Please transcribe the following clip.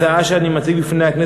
יציג את ההצעה סגן שר הביטחון,